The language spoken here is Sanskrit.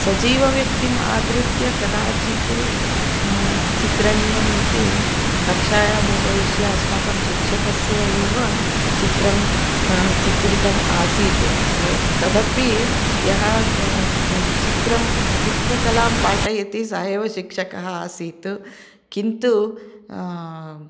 सजीवव्यक्तिम् आदृत्य कदाचित् चित्रणीयमिति कक्षायाम् उपविश्य अस्माकं शिक्षकस्य एव चित्रं चित्रितम् आसीत् तदपि यः चित्रं चित्रकलां पाठयति स एव शिक्षकः आसीत् किन्तु